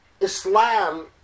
Islam